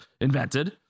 invented